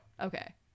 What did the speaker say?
Okay